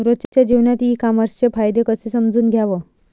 रोजच्या जीवनात ई कामर्सचे फायदे कसे समजून घ्याव?